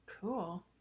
Cool